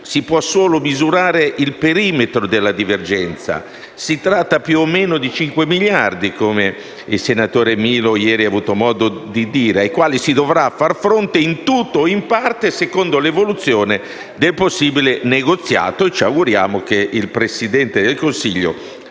si può solo misurare il perimetro della divergenza. Si tratta più o meno di cinque miliardi - come ieri il senatore Milo ha avuto modo di dire - ai quali si dovrà fare fronte, in tutto o in parte, secondo l'evoluzione del possibile negoziato. E ci auguriamo che il Presidente del Consiglio